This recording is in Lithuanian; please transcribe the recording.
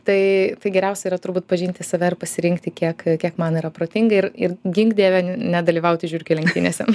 tai tai geriausia yra turbūt pažinti save ir pasirinkti kiek kiek man yra protinga ir ir gink dieve n nedalyvauti žiurkių lenktynėse